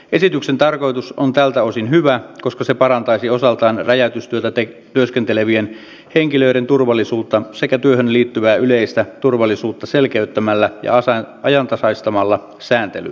esityksen tarkoitus on tältä osin hyvä koska se parantaisi osaltaan räjäytystyössä työskentelevien henkilöiden turvallisuutta sekä työhön liittyvää yleistä turvallisuutta selkeyttämällä ja ajantasaistamalla sääntelyä